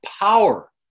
power